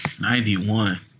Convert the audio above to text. Ninety-one